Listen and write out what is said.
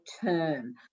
term